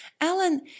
Alan